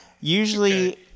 usually